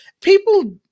people